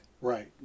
Right